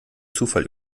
zufall